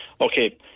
Okay